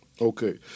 Okay